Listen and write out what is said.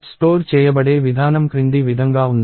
store చేయబడే విధానం క్రింది విధంగా ఉంది